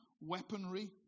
weaponry